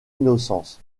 innocence